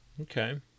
Okay